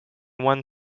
one